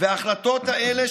ההחלטות האלה,